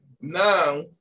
now